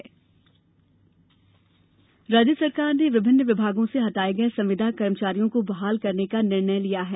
संविदा बहाली राज्य सरकार ने विभिन्न विभागों से हटाये गये संविदा कर्मचारियों को बहाल करने का निर्णय लिया है